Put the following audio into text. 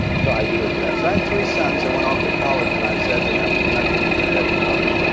so i do it for that. so i had three sons that went off to college. and i said to them, i'm not giving you a debit card.